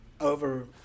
over